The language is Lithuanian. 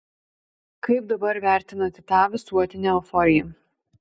kaip dabar vertinate tą visuotinę euforiją